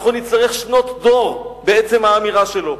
אנחנו נצטרך שנות דור, בעצם האמירה שלו.